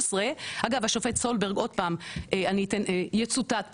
אגב השופט סולברג עוד פעם יצוטט פה,